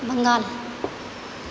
Bengal